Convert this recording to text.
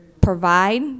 provide